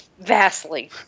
Vastly